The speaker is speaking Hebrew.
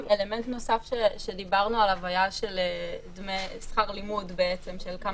אלמנט נוסף שדיברנו עליו היה דמי שכר לימוד - כמה